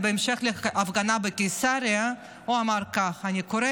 בהמשך להפגנה בקיסריה הוא אמר כך: אני קורא